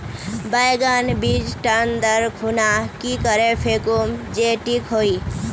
बैगन बीज टन दर खुना की करे फेकुम जे टिक हाई?